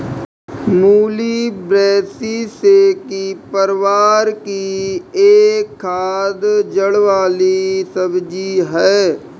मूली ब्रैसिसेकी परिवार की एक खाद्य जड़ वाली सब्जी है